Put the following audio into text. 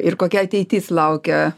ir kokia ateitis laukia